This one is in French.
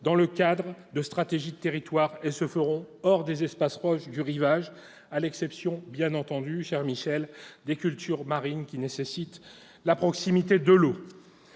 dans le cadre de stratégies de territoire, et se feront hors des espaces proches du rivage, à l'exception, bien entendu, cher Michel Vaspart, des cultures marines, qui nécessitent la proximité de l'eau.